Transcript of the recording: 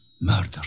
murder